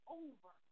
over